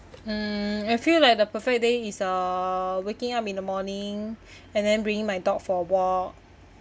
um I feel like the perfect day is uh waking up in the morning and then bring my dog for a walk